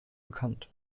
bekannt